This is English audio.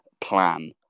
plan